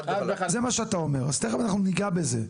זה מה שאתה אומר, אז תכף אנחנו ניגע בזה.